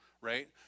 right